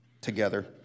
together